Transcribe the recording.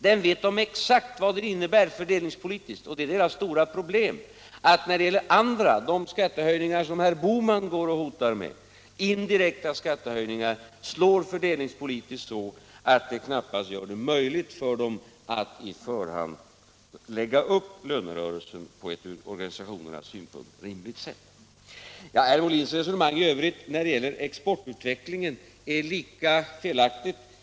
Den vet de exakt vad den innebär fördelningspolitiskt, och deras stora problem är att indirekta skattehöjningar — de skattehöjningar som herr Bohman går och hotar med — slår fördelningspolitiskt så, att det knappast gör det möjligt för löntagarorganisationerna att på förhand lägga upp lönerörelsen på ett från organisationernas synpunkt rimligt sätt. Herr Molins resonemang när det gäller exportutvecklingen är lika felaktigt.